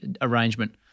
arrangement